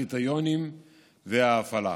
הקריטריונים וההפעלה.